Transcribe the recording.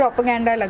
propaganda like